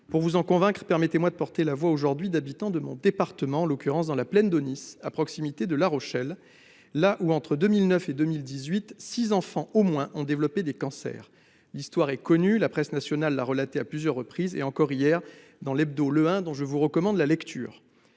Pour vous en convaincre, permettez-moi de porter la voix d'habitants de mon département, situés dans la plaine d'Aunis, à proximité de La Rochelle. Là, entre 2009 et 2018, six enfants au moins ont développé des cancers. L'histoire est connue, la presse nationale l'a relatée à plusieurs reprises- encore hier, dans l'hebdomadaire, dont je vous recommande la lecture.